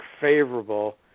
favorable